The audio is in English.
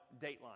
Dateline